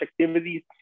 activities